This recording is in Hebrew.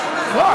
לא.